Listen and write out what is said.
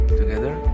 together